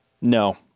No